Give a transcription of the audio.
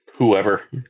Whoever